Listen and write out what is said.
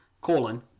colon